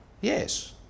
yes